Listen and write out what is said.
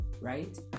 right